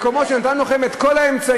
מקום שנתנו לכם בו את כל האמצעים,